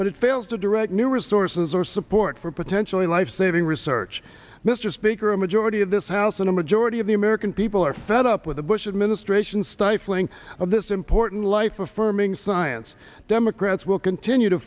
but it fails to direct new resources or support for potentially life saving research mr speaker a majority of this house and a majority of the american people are fed up with the bush administration's stifling of this important life affirming science democrats will continue to